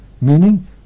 meaning